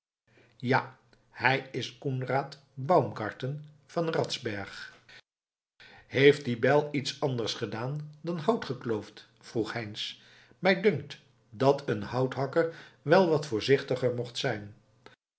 ja hij is koenraad baumgarten van ratzberg heeft die bijl iets anders gedaan dan hout gekloofd vroeg heinz mij dunkt dat een houthakker wel wat voorzichtiger mocht zijn